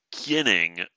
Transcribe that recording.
beginning